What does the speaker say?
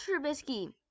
Trubisky